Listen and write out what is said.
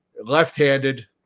left-handed